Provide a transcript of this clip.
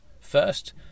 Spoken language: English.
first